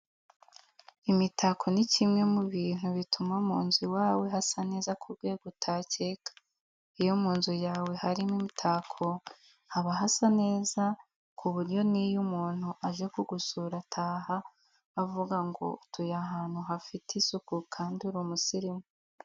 Imitako ni kimwe mu bintu bituma mu nzu iwawe hasa neza ku rwego utakeka. Iyo mu nzu yawe harimo imitako haba hasa neza ku buryo n'iyo umuntu aje kugusura ataha avuga ngo utuye ahantu hafite isuku kandi uri umusirimu.